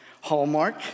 Hallmark